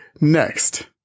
Next